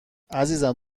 عزیزم